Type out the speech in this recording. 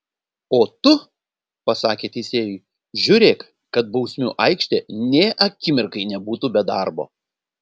o tu pasakė teisėjui žiūrėk kad bausmių aikštė nė akimirkai nebūtų be darbo